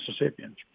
Mississippians